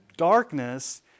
darkness